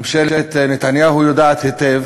ממשלת נתניהו יודעת היטב